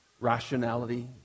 rationality